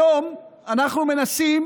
כיום אנחנו מנסים